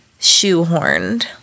shoehorned